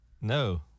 No